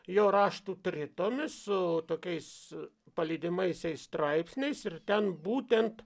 jo raštų tritomis su tokiais palydimaisiais straipsniais ir ten būtent